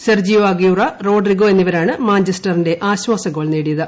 Sergio Aguero Rodrigo എന്നിവരാണ് മാഞ്ചസ്റ്ററിന്റെ ആശ്വാസഗോൾ നേടിയത്